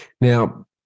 Now